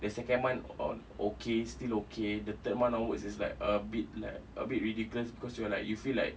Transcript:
the second month o~ okay still okay the third month onwards is like a bit like a bit ridiculous because you are like you feel like